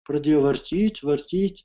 pradėjo vartyt vartyt